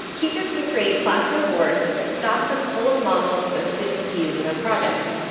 teachers can create classroom boards and stock them full of models for their students to use in their projects.